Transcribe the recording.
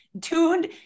tuned